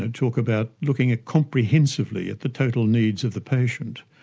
and talk about looking at comprehensively at the total needs of the patient.